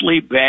bad